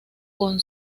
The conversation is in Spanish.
con